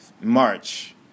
March